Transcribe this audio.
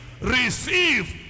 receive